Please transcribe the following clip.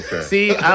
See